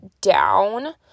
down